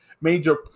major